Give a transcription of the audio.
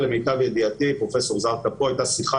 אני שמח שנמצא איתנו בדיון יותם ארונוביץ' שהוא מוביל